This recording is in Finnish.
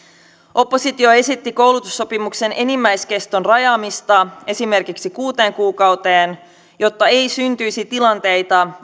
oppositio esitti koulutussopimuksen enimmäiskeston rajaamista esimerkiksi kuuteen kuukauteen jotta ei syntyisi tilanteita